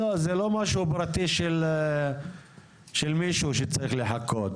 זה לא משהו פרטי של מישהו שצריך לחכות,